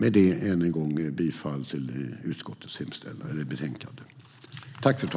Än en gång yrkar jag bifall till utskottets förslag i betänkandet.